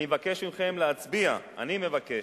אני מבקש מכם להצביע, אני מבקש,